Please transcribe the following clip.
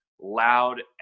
loud